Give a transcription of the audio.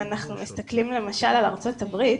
אם אנחנו מסתכלים למשל על ארצות הברית